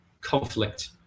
conflict